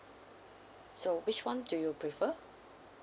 so which one do you prefer